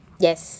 yes